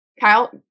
Kyle